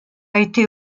été